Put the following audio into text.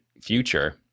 future